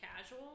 casual